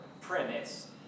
premise